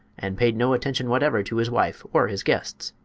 and paid no attention whatever to his wife or his guests.